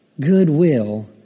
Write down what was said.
Goodwill